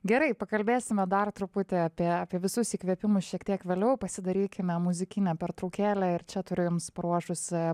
gerai pakalbėsime dar truputį apie apie visus įkvėpimus šiek tiek vėliau pasidarykime muzikinę pertraukėlę ir čia turiu jums paruošusi